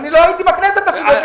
אני לא הייתי בכנסת אפילו.